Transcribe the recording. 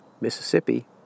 Mississippi